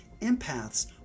empaths